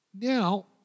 Now